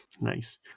nice